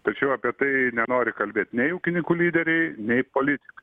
tačiau apie tai nenori kalbėt nei ūkininkų lyderiai nei politikai